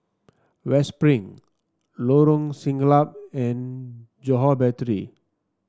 West Spring Lorong Siglap and Johore Battery